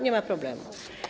Nie ma problemu.